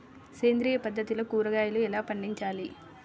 సేంద్రియ పద్ధతిలో కూరగాయలు ఎలా పండించాలి?